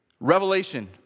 Revelation